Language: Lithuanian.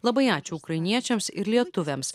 labai ačiū ukrainiečiams ir lietuviams